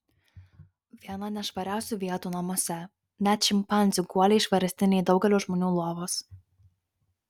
viena nešvariausių vietų namuose net šimpanzių guoliai švaresni nei daugelio žmonių lovos